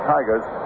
Tigers